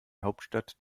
hauptstadt